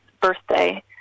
birthday